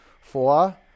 Four